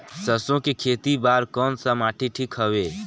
सरसो के खेती बार कोन सा माटी ठीक हवे?